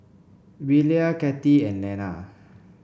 Belia Cathy and Nella